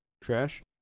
trash